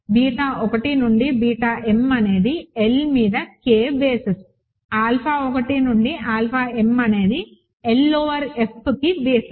beta 1 నుండి beta m అనేది L మీద K బేసిస్ ఆల్ఫా 1 నుండి ఆల్ఫా m అనేది L ఓవర్ Fకి బేసిస్